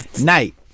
Night